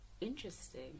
Interesting